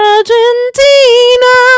Argentina